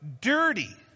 Dirty